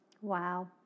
Wow